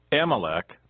Amalek